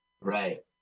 Right